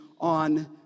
on